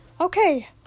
Okay